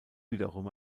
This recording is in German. wiederum